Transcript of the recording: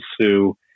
sue